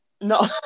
No